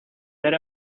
that